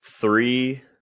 three